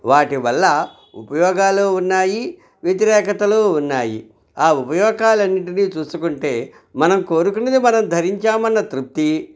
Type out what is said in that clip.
వాటి వల్ల ఉపయోగాలూ ఉన్నాయి వ్యతిరేకతలూ ఉన్నాయి ఆ ఉపయోగాలన్నింటిని చూసుకుంటే మనం కోరుకున్నది మనం ధరించామన్న తృప్తీ